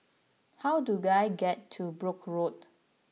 how do I get to Brooke Road